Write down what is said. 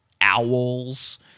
owls